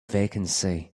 vacancy